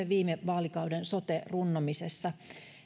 viime vaalikauden sote runnomisessa